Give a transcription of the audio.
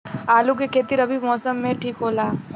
आलू के खेती रबी मौसम में ठीक होला का?